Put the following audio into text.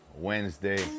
Wednesday